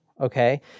okay